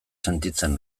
sentitzen